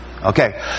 Okay